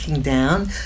down